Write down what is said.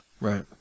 Right